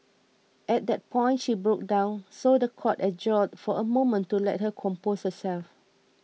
at that point she broke down so the court adjourned for a moment to let her compose herself